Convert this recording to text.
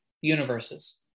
universes